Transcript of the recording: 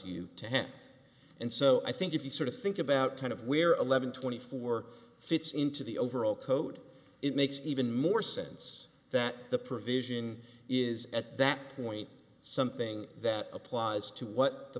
have and so i think if you sort of think about kind of where eleven twenty four fits into the overall code it makes even more sense that the provision is at that point something that applies to what the